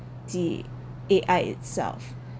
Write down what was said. the A_I itself